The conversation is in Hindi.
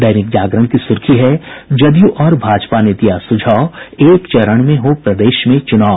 दैनिक जागरण की सुर्खी है जदयू और भाजपा ने दिया सुझाव एक चरण में हो प्रदेश में चूनाव